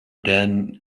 than